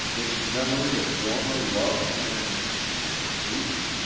its memory of former loves and and hates?